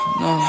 no